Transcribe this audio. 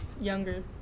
younger